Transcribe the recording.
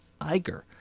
Iger